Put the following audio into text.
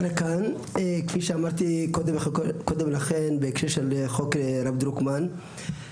כפי שאמרתי קודם לכן בהקשר של חוק הרב דרוקמן,